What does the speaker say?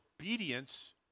obedience